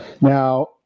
Now